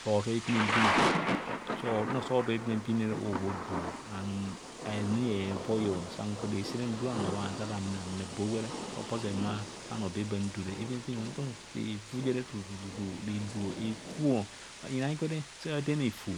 Sa othob hepinanpin. Nta osa othob hepinanpin nre ova odu o. Anum ani ehoi o, sanku reje sere ndu bhanoo bhaathar ọ ame bo gwere ogbozen bha bhanoo baa ndu re. Ibosa nthum ọ, sa efu jere tu tu tu be edu, efuo, inai gwene sa athen efu,